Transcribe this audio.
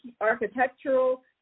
architectural